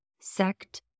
sect